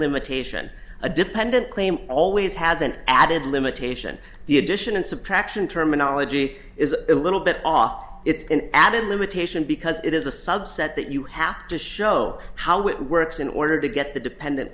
limitation a dependent claim always has an added limitation the addition and subtraction terminology is a little bit off it's an added limitation because it is a subset that you have to show how it works in order to get the dependent